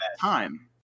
time